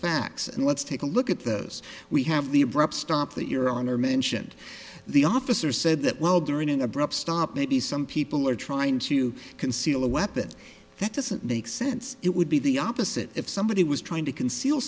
facts and let's take a look at those we have the abrupt stop that you're on or mentioned the officer said that well during an abrupt stop maybe some people are trying to conceal a weapon that doesn't make sense it would be the opposite if somebody was trying to conceal